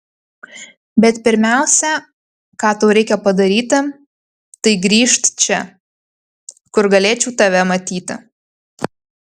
bet pirmiausia ką tau reikia padaryti tai grįžt čia kur galėčiau tave matyti